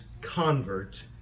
convert